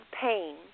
pain